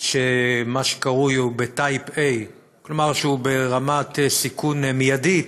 שהוא ב-type A, כלומר שהוא ברמת סיכון מיידית,